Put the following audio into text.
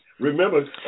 Remember